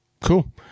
Cool